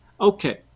Okay